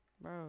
Bro